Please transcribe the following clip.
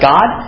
God